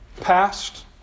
passed